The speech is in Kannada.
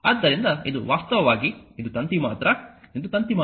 ಆದ್ದರಿಂದ ಇದು ವಾಸ್ತವವಾಗಿ ಇದು ತಂತಿ ಮಾತ್ರ ಇದು ತಂತಿ ಮಾತ್ರ